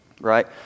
right